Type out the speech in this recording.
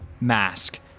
mask